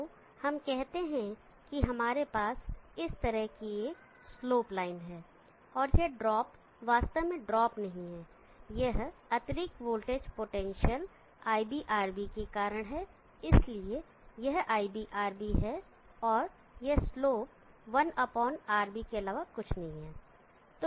तो हम कहते हैं कि हमारे पास इस तरह की एक स्लोप लाइन है और यह ड्रॉप वास्तव में ड्रॉप नहीं है यह अतिरिक्त वोल्टेज पोटेंशियल iBRB के कारण है इसलिए यह iBRB है और यह स्लोप 1RB के अलावा और कुछ नहीं है